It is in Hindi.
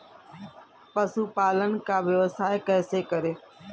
पशुपालन का व्यवसाय कैसे करें?